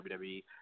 WWE